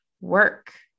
work